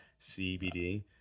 CBD